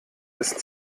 ist